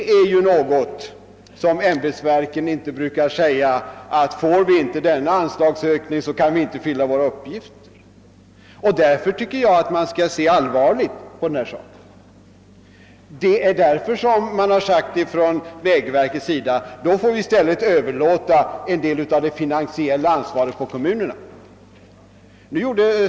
Ämbetsverken brukar inte säga att »om vi inte får denna anslagsökning kan vi inte fylla vår uppgift». Därför tycker jag att man skall se allvarligt på vägverkets framställning. Vägverket har också sagt att om det inte får de anslag som verket begärt i sina petita måste en del av det finansiella ansvaret kanske överlåtas på kommunerna.